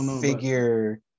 figure